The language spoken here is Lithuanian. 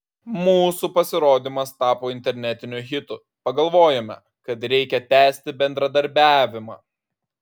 mūsų pasirodymas tapo internetiniu hitu pagalvojome kad reikia tęsti bendradarbiavimą